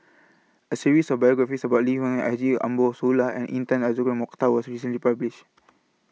A series of biographies about Lee Wung Haji Ambo Sooloh and Intan Azura Mokhtar was recently published